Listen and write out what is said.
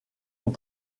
ont